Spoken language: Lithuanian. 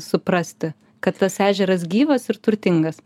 suprasti kad tas ežeras gyvas ir turtingas